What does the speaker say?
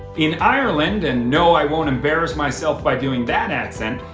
in ireland, and no i won't embarrass myself by doing that accent,